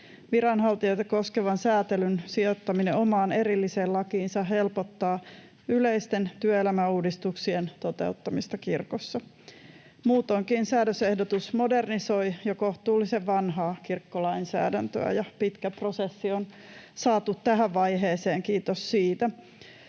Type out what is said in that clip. Viranhaltijoita koskevan sääntelyn sijoittaminen omaan erilliseen lakiinsa helpottaa yleisten työelämäuudistuksien toteuttamista kirkossa. Muutoinkin säädösehdotus modernisoi jo kohtalaisen vanhaa kirkkolainsäädäntöä. Pitkä prosessi on saatu tähän vaiheeseen — kiitos siitä.